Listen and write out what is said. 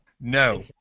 no